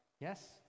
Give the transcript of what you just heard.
Yes